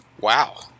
Wow